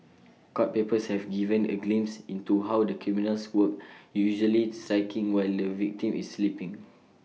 court papers have given A glimpse into how the criminals work usually striking while the victim is sleeping